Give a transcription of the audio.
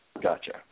Gotcha